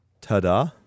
Ta-da